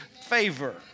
favor